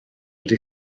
wedi